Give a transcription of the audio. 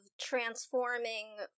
transforming